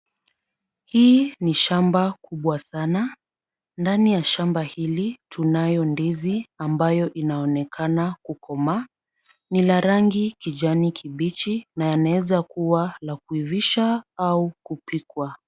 Hii ni shamba kubwa sana. Ndani ya shamba hili tunayo ndizi ambayo inaonekana kukomaa. Ni la rangi kijani kibichi na yaeza kuwa ya kuivishwa au kupikwa.